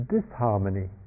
disharmony